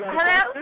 Hello